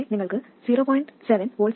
7 V ഉണ്ട്